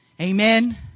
Amen